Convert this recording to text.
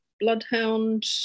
Bloodhound